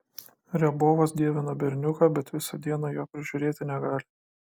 riabovas dievina berniuką bet visą dieną jo prižiūrėti negali